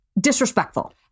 disrespectful